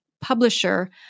publisher